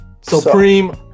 supreme